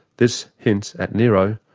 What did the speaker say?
this hints at nero,